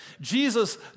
Jesus